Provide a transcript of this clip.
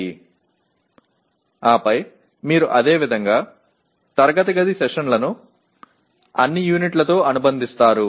பின்னர் அவை ஒரே மாதிரியான வகுப்பறை அமர்வுகளை அனைத்து அலகுகளுடன் தொடர்புபடுத்துகின்றன